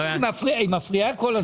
היא מפריעה כל הזמן.